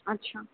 अच्छा